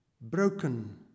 broken